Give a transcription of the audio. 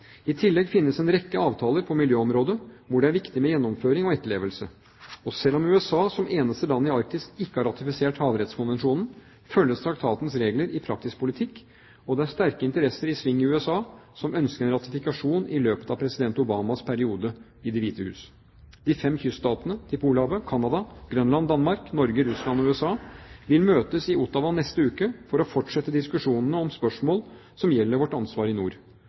I tillegg finnes en rekke avtaler på miljøområdet hvor det er viktig med gjennomføring og etterlevelse. Og selv om USA, som eneste land i Arktis, ikke har ratifisert Havrettskonvensjonen, følges traktatens regler i praktisk politikk, og det er sterke interesser i sving i USA som ønsker en ratifikasjon i løpet av president Obamas periode i Det hvite hus. De fem kyststatene til Polhavet – Canada, Grønland/Danmark, Norge, Russland og USA – vil møtes i Ottawa i neste uke for å fortsette diskusjonene om spørsmål som gjelder vårt ansvar i nord.